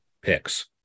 picks